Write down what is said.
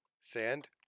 Sand